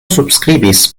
subskribis